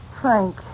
Frank